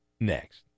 next